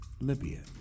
Libya